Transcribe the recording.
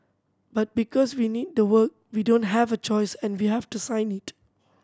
but because we need the work we don't have a choice and we have to sign it